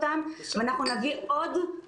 שדיברו איתי,